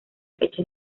fecha